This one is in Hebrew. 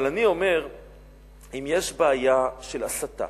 אבל אני אומר שאם יש בעיה של הסתה,